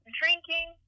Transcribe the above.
drinking